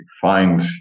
find